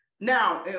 Now